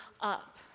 up